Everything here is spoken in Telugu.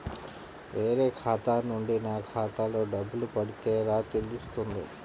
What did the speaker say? వేరే ఖాతా నుండి నా ఖాతాలో డబ్బులు పడితే ఎలా తెలుస్తుంది?